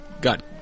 got